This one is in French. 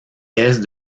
est